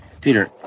Peter